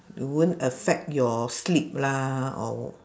it won't affect your sleep lah or